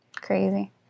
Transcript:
crazy